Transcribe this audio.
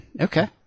Okay